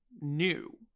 new